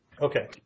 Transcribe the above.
Okay